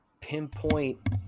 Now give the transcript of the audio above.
pinpoint